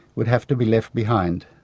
would have to be left behind.